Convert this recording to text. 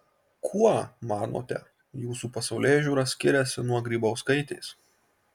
kuo manote jūsų pasaulėžiūra skiriasi nuo grybauskaitės